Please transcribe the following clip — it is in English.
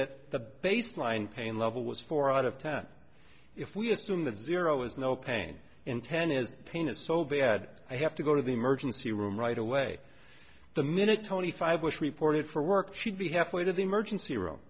that the baseline pain level was four out of ten if we assume that zero is no pain and ten is pain is so bad i have to go to the emergency room right away the minute tony five was reported for work should be half way to the emergency room